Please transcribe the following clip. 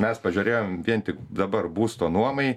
mes pažiūrėjom vien tik dabar būsto nuomai